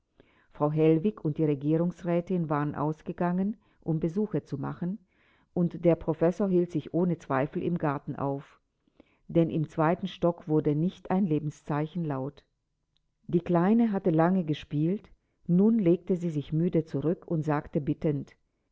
frau hellwig und die regierungsrätin waren ausgegangen um besuche zu machen und der professor hielt sich ohne zweifel im garten auf denn im zweiten stock wurde nicht ein lebenszeichen laut die kleine hatte lange gespielt nun legte sie sich müde zurück und sagte bittend